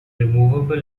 removable